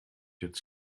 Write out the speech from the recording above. jetzt